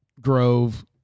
Grove